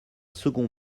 second